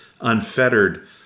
unfettered